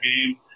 game